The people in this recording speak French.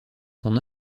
son